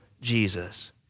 Jesus